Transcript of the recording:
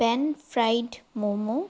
pan fried momo